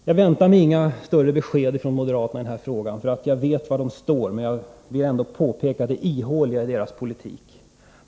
Jag väntar mig just inget besked från moderaterna i denna fråga, för jag vet var de står. Men jag vill ändå påtala det ihåliga i deras politik.